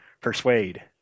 persuade